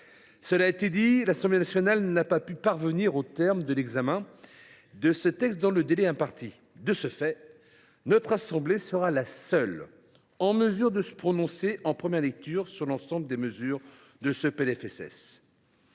Cela a été dit, l’Assemblée nationale n’est pas parvenue au terme de l’examen de ce texte dans le délai imparti. Par conséquent, notre chambre sera la seule en mesure de se prononcer en première lecture sur l’ensemble des mesures de ce PLFSS.